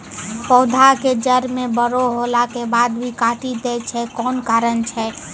पौधा के जड़ म बड़ो होला के बाद भी काटी दै छै कोन कारण छै?